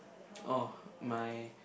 orh my